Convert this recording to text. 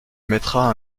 mettras